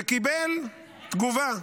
וקיבל תגובה: